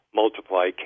multiply